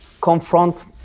confront